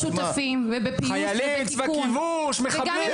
חיילי צבא כיבוש, מחבלים.